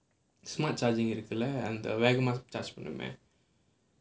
smart charging இருக்குல்ல அந்த:irukulla antha charge பண்ணுமே:pannumae